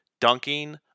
dunking